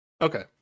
Okay